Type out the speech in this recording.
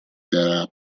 della